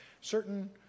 certain